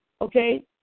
okay